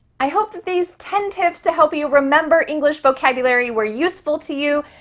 i hope that these ten tips to help you remember english vocabulary were useful to you.